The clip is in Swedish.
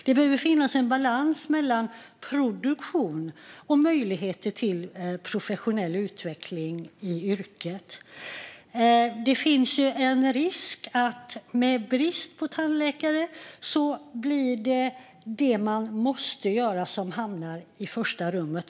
Det behöver finnas en balans mellan produktion och möjlighet till professionell utveckling i yrket. Med brist på tandläkare finns det en risk att det blir det som måste göras som hamnar i första rummet.